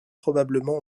probablement